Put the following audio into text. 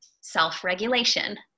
self-regulation